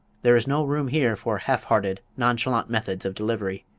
there is no room here for half-hearted, nonchalant methods of delivery.